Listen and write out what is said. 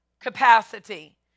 capacity